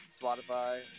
Spotify